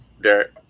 Derek